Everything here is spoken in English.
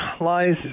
lies